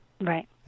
Right